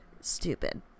Stupid